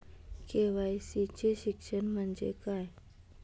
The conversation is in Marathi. के.वाय.सी चे शिक्षण म्हणजे काय?